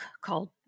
called